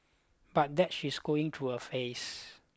but that she's going through a phase